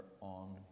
on